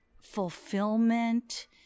fulfillment